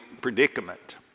predicament